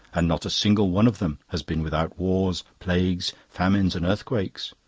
and not a single one of them has been without wars, plagues, famines, and earthquakes.